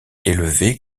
élevées